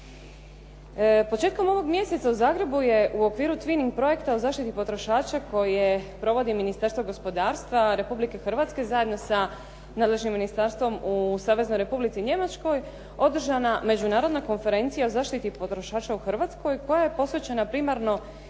Početkom ovog mjeseca u Zagrebu je u okviru tvining projekta o zaštiti potrošača koje provodi Ministarstvo gospodarstva Republike Hrvatske zajedno sa nadležnim ministarstvom u Saveznoj Republici Njemačkoj, održana Međunarodna konferencija o zaštiti potrošača u Hrvatskoj koja je posvećena primarno